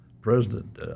President